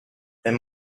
there